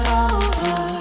over